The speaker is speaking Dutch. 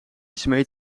smeet